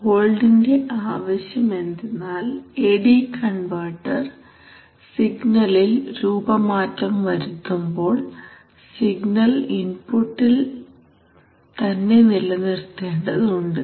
ഹോൾഡിന്റെ ആവശ്യം എന്തെന്നാൽ A D converter സിഗ്നലിൽ രൂപ മാറ്റം വരുത്തുമ്പോൾ സിഗ്നൽ ഇൻപുട്ടിൽ തന്നെ നിലനിർത്തേണ്ടതുണ്ട്